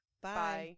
Bye